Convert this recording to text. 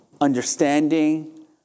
understanding